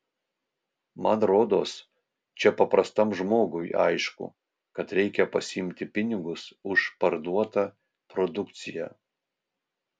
man rodos čia paprastam žmogui aišku kad reikia pasiimti pinigus už parduotą produkciją